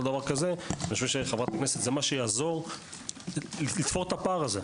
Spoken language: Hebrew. כל דבר כזה זה מה שיעזור לתפור את הפער הזה.